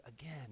again